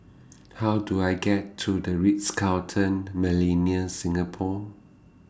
How Do I get to The Ritz Carlton Millenia Singapore